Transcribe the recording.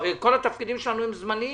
הרי כל התפקידים שלנו הם זמניים